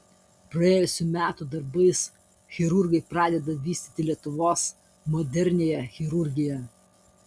praėjusių metų darbais chirurgai pradeda vystyti lietuvos moderniąją chirurgiją